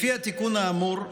לפי התיקון האמור,